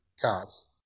cars